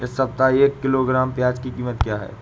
इस सप्ताह एक किलोग्राम प्याज की कीमत क्या है?